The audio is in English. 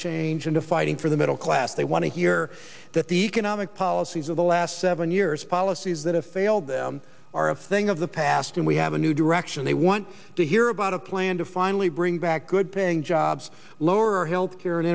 change into fighting for the middle class they want to hear that the economic policies of the last seven years policies that have failed them are of thing of the past and we have a new direction they want to hear about a plan to finally bring back good paying jobs lower health care and